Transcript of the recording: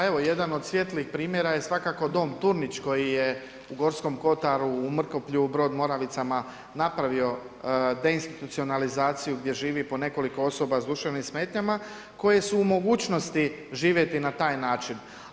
Pa evo jedan od svijetlih primjera je Dom Turnić koji je u Gorskom kotaru u Mrkoplju u Brod MOravicama napravio deinstitucionalizaciju gdje živi po nekoliko osoba s duševnim smetnjama koje su u mogućnosti živjeti na taj način.